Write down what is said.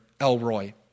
Elroy